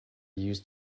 used